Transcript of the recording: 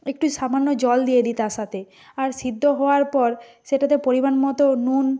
একটু সামান্য জল দিয়ে দিই তার সাতে আর সিদ্ধ হওয়ার পর সেটাতে পরিমাণ মতো নুন